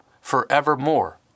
forevermore